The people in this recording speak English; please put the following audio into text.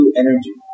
energy